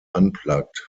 unplugged